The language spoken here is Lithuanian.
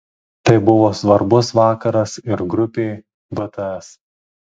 tai buvo svarbus vakaras ir grupei bts